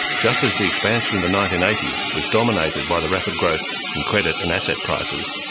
just as the expansion of the nineteen eighty s was dominated by the rapid growth in credit and asset prices,